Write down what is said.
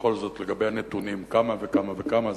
ובכל זאת לגבי הנתונים: כמה וכמה וכמה,